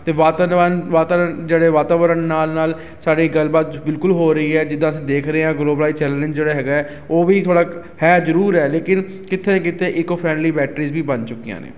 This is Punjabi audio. ਅਤੇ ਵਾਤਾਰਵਾਨ ਵਾਤਾਰਨ ਜਿਹੜੇ ਵਾਤਾਵਰਨ ਨਾਲ ਨਾਲ ਸਾਡੀ ਗੱਲ ਬਾਤ ਬਿਲਕੁਲ ਹੋ ਰਹੀ ਹੈ ਜਿੱਦਾਂ ਅਸੀਂ ਦੇਖ ਰਹੇ ਹਾਂ ਗਲੋਬਲ ਚੈਲੇਂਜ ਜਿਹੜਾ ਹੈਗਾ ਹੈ ਉਹ ਵੀ ਥੋੜ੍ਹਾ ਹੈ ਜ਼ਰੂਰ ਹੈ ਲੇਕਿਨ ਕਿੱਥੇ ਨਾ ਕਿਤੇ ਈਕੋ ਫਰੈਂਡਲੀ ਬੈਟਰੀਜ ਵੀ ਬਣ ਚੁੱਕੀਆਂ ਨੇ